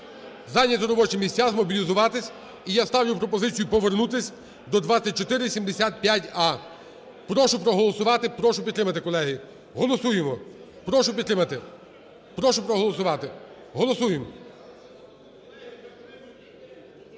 зайняти робочі місця, змобілізуватися, і я ставлю пропозицію повернутися до 2475а. Прошу проголосувати, прошу підтримати, колеги. Голосуємо. прошу підтримати. Прошу проголосувати. Голосуємо.